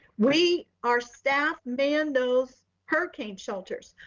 we, our staff man, those hurricane shelters,